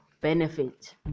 benefit